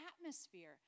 atmosphere